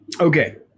Okay